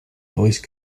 voice